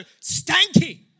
stanky